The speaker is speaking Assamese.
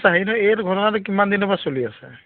আচ্ছা হেৰি নহয় এইটো ঘটনাটো কিমান দিনৰ পৰা চলি আছে